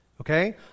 Okay